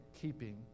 keeping